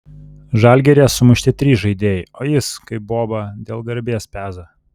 žalgiryje sumušti trys žaidėjai o jis kaip boba dėl garbės peza